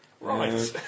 Right